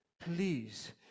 please